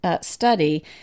study